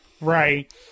right